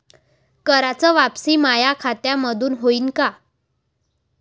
कराच वापसी माया खात्यामंधून होईन का?